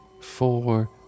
four